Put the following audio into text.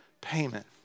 payment